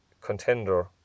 contender